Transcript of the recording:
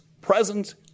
present